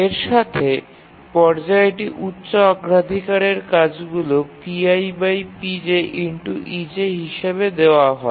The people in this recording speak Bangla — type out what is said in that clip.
এর সাথে পর্যায়টি উচ্চ অগ্রাধিকারের কাজগুলি হিসাবে দেওয়া হয়